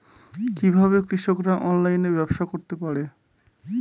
কিভাবে কৃষকরা অনলাইনে ব্যবসা করতে পারে?